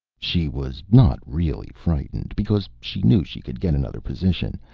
she was not really frightened, because she knew she could get another position,